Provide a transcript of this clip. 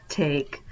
take